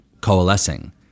coalescing